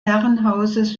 herrenhauses